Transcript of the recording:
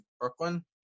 Brooklyn